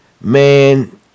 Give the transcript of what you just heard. Man